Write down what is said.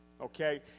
okay